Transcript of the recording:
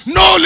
no